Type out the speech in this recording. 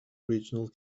regional